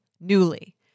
Newly